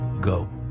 go